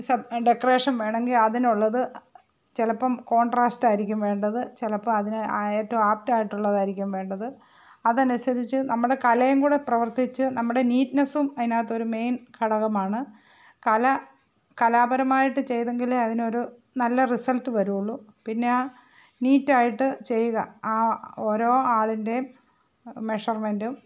ശം decoration വേണമെങ്കിൽ അതിനുള്ളത് ചിലപ്പം കോൺട്രാസ്ട് ആയിരിക്കും വേണ്ടത് ചിലപ്പം അതിന് ഏറ്റവും ആപ്റ്റായിട്ടുള്ളതായിരിക്കും വേണ്ടത് അതനുസരിച്ച് നമ്മുടെ കലയും കൂടി പ്രവർത്തിച്ച് നമ്മുടെ നീറ്റ്നസ്സും അതിനകത്തൊരു മേൻ ഘടകമാണ് കല കലാപരമായിട്ട് ചെയ്തെങ്കിലേ അതിനൊരു നല്ല റിസൾട്ട് വരുള്ളു പിന്നെ ആ നീറ്റായിട്ട് ചെയ്താൽ ആ ഓരോ ആളിൻ്റെയും മെഷർമെൻറ്റും